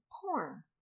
porn